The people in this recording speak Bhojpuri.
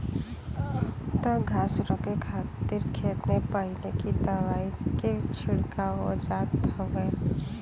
अब त घास के रोके खातिर खेत में पहिले ही दवाई के छिड़काव हो जात हउवे